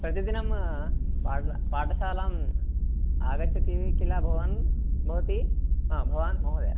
कतिदिनं पाट् पाठशालाम् आगच्छति किल भवान् भवती भवान् महोदय